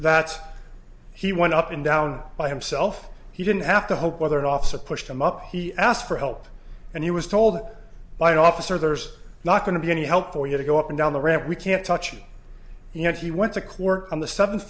that he went up and down by himself he didn't have to hope whether an officer pushed him up he asked for help and he was told by an officer there's not going to be any help for you to go up and down the ramp we can't touch you you know he went to court on the seventh